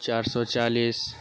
چار سو چالیس